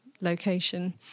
location